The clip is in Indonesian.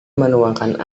menuangkan